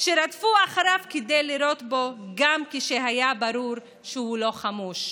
שרדפו אחריו כדי לירות בו גם כשהיה ברור שהוא לא חמוש.